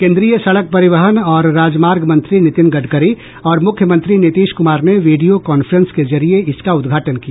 केन्द्रीय सड़क परिवहन और राजमार्ग मंत्री नितिन गडकरी और मुख्यमंत्री नीतीश कुमार ने वीडियो कॉफ्रेंस के जरिये इसका उद्घाटन किया